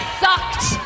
sucked